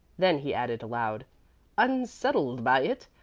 then he added, aloud unsettled by it?